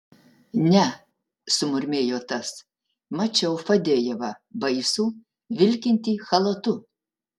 ne sumurmėjo tas mačiau fadejevą baisų vilkintį chalatu